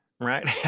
Right